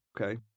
Okay